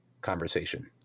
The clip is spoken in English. conversation